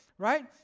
Right